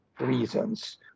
reasons